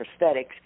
prosthetics